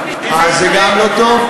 אה, זה גם לא טוב?